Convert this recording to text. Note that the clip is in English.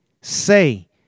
say